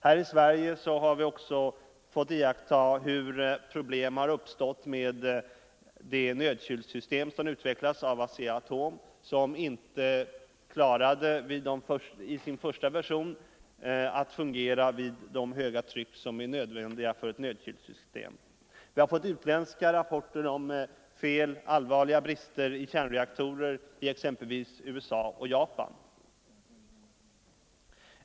Här i Sverige har vi också fått iakttaga hur problem har uppstått med det nödkylsystem som utvecklats av ASEA-Atom, och som i sin första version inte fungerade vid det höga tryck som är nödvändigt för ett nödkylsystem. Vi har fått utländska rapporter om allvarliga fel och brister i kärnreaktorer i exempelvis USA och Japan.